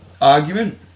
argument